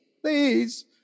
please